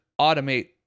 automate